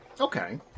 Okay